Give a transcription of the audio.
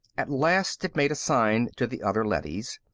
at last it made a sign to the other leadys.